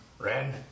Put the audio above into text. Ren